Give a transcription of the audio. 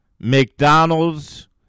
McDonald's